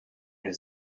his